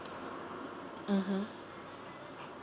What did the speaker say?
(uh huh)